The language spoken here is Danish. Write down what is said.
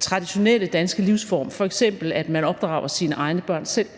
traditionelle danske livsform, f.eks. at man opdrager sine egne børn selv.